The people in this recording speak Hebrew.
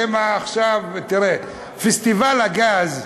תראה, פסטיבל הגז,